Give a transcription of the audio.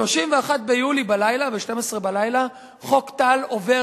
צה"ל לא ערוך